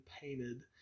painted